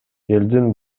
элдин